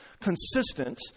Consistent